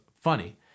funny